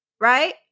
right